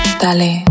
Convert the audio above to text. dale